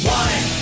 one